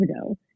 ago